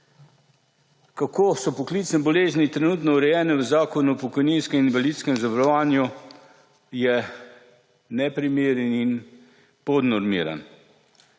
kako so poklicne bolezni trenutno urejene v Zakonu o pokojninskem in invalidskem zavarovanju, je neprimeren in podnormiran.